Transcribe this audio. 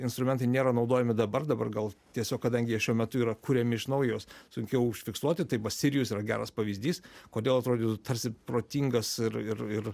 instrumentai nėra naudojami dabar dabar gal tiesiog kadangi jie šiuo metu yra kuriami iš naujo juos sunkiau užfiksuoti tai vasilijus yra geras pavyzdys kodėl atrodė tarsi protingas ir ir ir